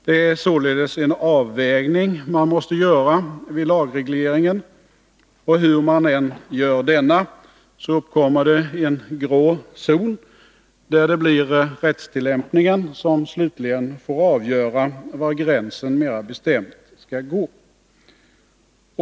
Det är således en avvägning man måste göra vid lagregleringen, och hur man än gör denna så uppkommer det en grå zon, där det blir rättstillämpningen som slutligen får avgöra var gränsen mera bestämt skall gå.